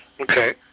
Okay